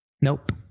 Nope